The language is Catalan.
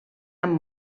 amb